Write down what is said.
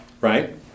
right